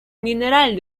mineral